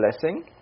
blessing